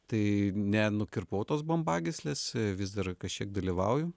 tai ne nukirpau tos bambagyslės vis dar kažkiek dalyvauju